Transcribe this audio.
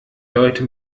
leute